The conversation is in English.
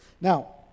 Now